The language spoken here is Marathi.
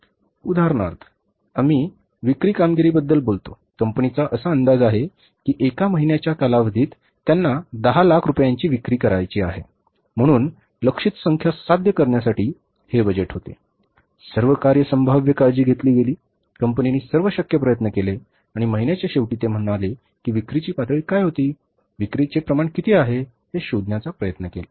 उदाहरणार्थ आम्ही विक्री कामगिरीबद्दल बोलतो कंपनीचा असा अंदाज आहे की एका महिन्याच्या कालावधीत त्यांना दहा लाख रुपयांची विक्री ठेवावी लागेल म्हणून लक्ष्यित संख्या साध्य करण्यासाठी हे बजेट होते सर्व कार्य संभाव्य काळजी घेतली गेली कंपनीने सर्व शक्य प्रयत्न केले आणि महिन्याच्या शेवटी ते म्हणाले की विक्रीची पातळी काय होती विक्रीचे प्रमाण किती आहे हे शोधण्याचा प्रयत्न करा